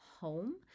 home